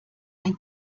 ein